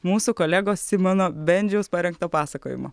mūsų kolegos simono bendžiaus parengto pasakojimo